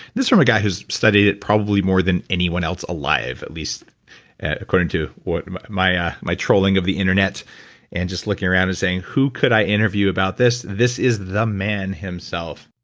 this is from a guy who's studied it probably more than anyone else alive, at least according to what my ah my trolling of the internet and just looking around and saying who could i interview about this, this is the man himself.